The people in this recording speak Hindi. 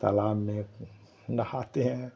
तालाब में नहाते हैं